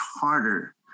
harder